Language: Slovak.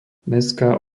mestská